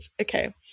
Okay